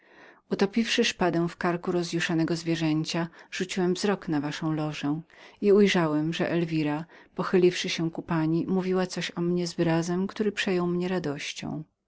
pokaleczył hrabiego utopiwszy szpadę w karku rozjuszonego zwiedzęciazwierzęcia rzuciłem wzrok na waszą lożę i ujrzałem że elwira pochyliwszy się ku pani mówiła coś o mnie z wyrazem który przejął mnie radością